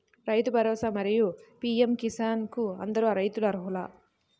రైతు భరోసా, మరియు పీ.ఎం కిసాన్ కు అందరు రైతులు అర్హులా?